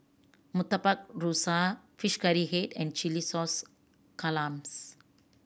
Murtabak Rusa Curry Fish Head and chilli sauce clams